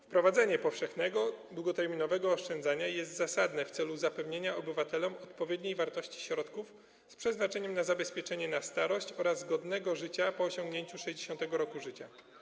Wprowadzenie powszechnego długoterminowego oszczędzania jest zasadne w celu zapewnienia obywatelom odpowiedniej wartości środków z przeznaczeniem na zabezpieczenie na starość oraz godnego życia po osiągnięciu 60. roku życia.